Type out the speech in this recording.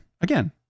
Again